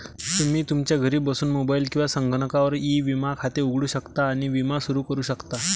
तुम्ही तुमच्या घरी बसून मोबाईल किंवा संगणकावर ई विमा खाते उघडू शकता आणि विमा सुरू करू शकता